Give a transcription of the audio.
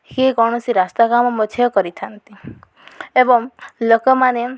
କିଏ କୌଣସି ରାସ୍ତା କାମ ମଧ୍ୟ କରିଥାନ୍ତି ଏବଂ ଲୋକମାନେ